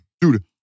Dude